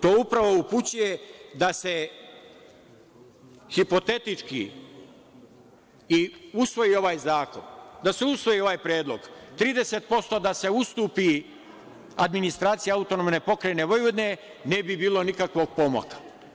To upravo upućuje da se hipotetički i usvoji ovaj zakon, da se usvoji ovaj predlog, 30% da se ustupi administraciji AP Vojvodine, ne bi bilo nikakvog pomaka.